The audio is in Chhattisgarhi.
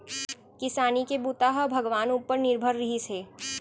किसानी के बूता ह भगवान उपर निरभर रिहिस हे